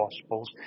Gospels